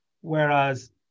Whereas